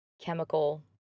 chemical